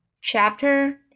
chapter